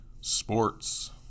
sports